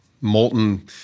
molten